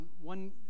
one